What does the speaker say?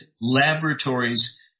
laboratories